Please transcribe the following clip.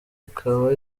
ikaba